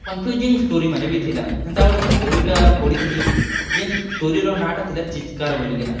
confusing ଷ୍ଟୋରୀମାନେ ବି ଥିଲା ହେନ୍ତା ଗୁଟେ ମୁଇଁ ଷ୍ଟୋରୀଟା ପଢ଼ିଥିଲି ଯେନ୍ ଷ୍ଟୋରୀର ନାଁ'ଟା ଥିଲା ଚିତ୍କାର ବୋଲିକିନା